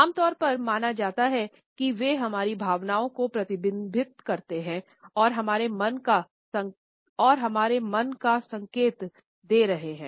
आम तौर पर माना जाता है कि वे हमारी भावनाओं को प्रतिबिंबित करते हैं और हमारे मन का संकेत दे रहे हैं